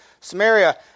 Samaria